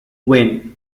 win